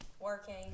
working